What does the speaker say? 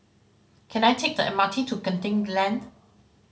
can I take the M R T to Genting Lane